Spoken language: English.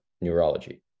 neurology